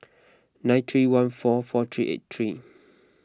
nine three one four four three eight three